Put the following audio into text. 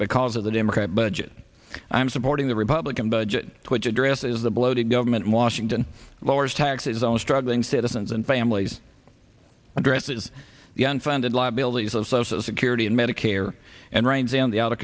because of the democrat budget i'm supporting the republican budget which addresses the bloated government in washington lowers taxes on struggling citizens and families addresses the unfunded liabilities of social security and medicare and reigns on the out